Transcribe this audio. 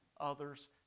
others